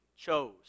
chose